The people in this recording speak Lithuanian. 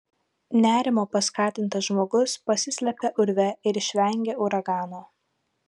nerimo paskatintas žmogus pasislepia urve ir išvengia uragano